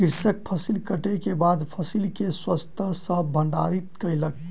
कृषक फसिल कटै के बाद फसिल के स्वच्छता सॅ भंडारित कयलक